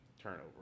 turnover